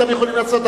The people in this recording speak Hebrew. אתם יכולים לעשות.